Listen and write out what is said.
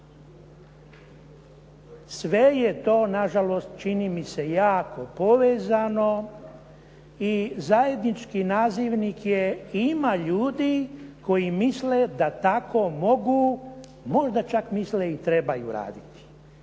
Sve je to na žalost čini mi se jako povezano i zajednički nazivnik je ima ljudi koji misle da tako mogu, možda čak misle i trebaju raditi.